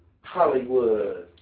Hollywood